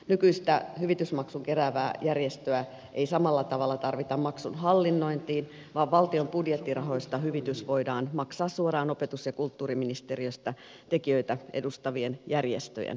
nykyistä hyvitysmaksun keräävää järjestöä ei samalla tavalla tarvita maksun hallinnointiin vaan valtion budjettirahoista hyvitys voidaan maksaa suoraan opetus ja kulttuuriministeriöstä tekijöitä edustavien järjestöjen välityksellä